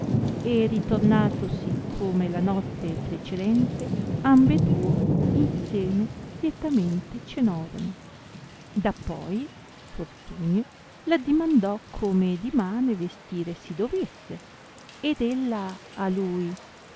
e ritornatosi come la notte precedente ambeduo insieme lietamente cenorono dappoi fortunio l addimandò come dimane vestire si dovesse ed ella a lui